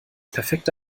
perfekte